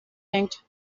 denkt